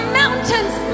mountains